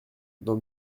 dans